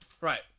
Right